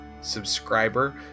subscriber